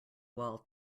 while